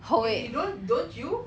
you you don't don't you